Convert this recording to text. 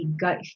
gut